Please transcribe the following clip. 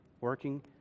working